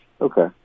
Okay